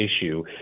issue